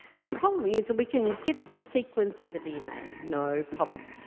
the problem is we can get the sequence of the dna, no problem.